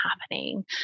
happening